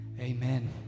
amen